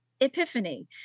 epiphany